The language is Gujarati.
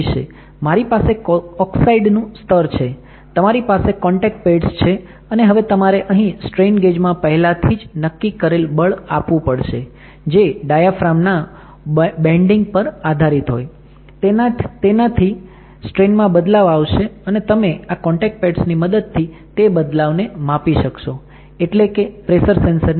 મારી પાસે ઓકસાઈડનું સ્તર છે તમારી પાસે કોંટેક્ટ પેડ્સ છે અને હવે તમારે અહી સ્ટ્રેનગેજ માં પહેલાં થી નક્કી કરેલ બળ આપવું પડશે જે ડાયાફ્રામ ના બેન્ડિંગ પર આધારિત હોય તેનાથી સ્ટ્રેનમાં બદલાવ આવશે અને તમે આ કોન્ટેક્ટ પેડ્સ ની મદદથી તે બદલાવ ને માપી શકશો એટલે કે પ્રેસર સેન્સરની જેમ